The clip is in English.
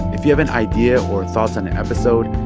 if you have an idea or thoughts on an episode,